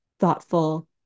thoughtful